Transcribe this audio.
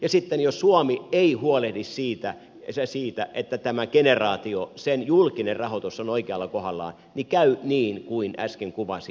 ja sitten jos suomi ei huolehdi tästä generaatiosta siitä että sen julkinen rahoitus on oikealla kohdallaan niin käy niin kuin äsken kuvasin